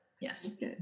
yes